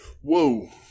Whoa